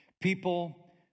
People